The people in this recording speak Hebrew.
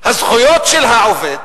הזכויות של העובד